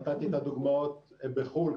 נתתי דוגמאות מחו"ל,